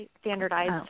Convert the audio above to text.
standardized